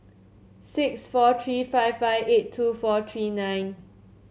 six four three five five eight two four three nine